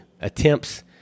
attempts